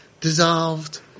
dissolved